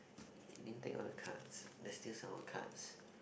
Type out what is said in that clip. I didn't take all the cards there's still some of cards